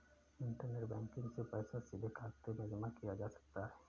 internet banking से पैसा सीधे खाते में जमा किया जा सकता है